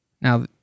Now